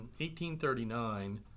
1839